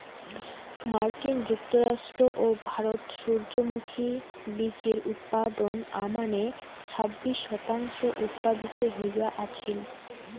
মার্কিন যুক্তরাষ্ট্র ও ভারত সূর্যমুখী বীচির উৎপাদনর আমানে ছাব্বিশ শতাংশ উৎপাদিত হয়া আছিল